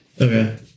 Okay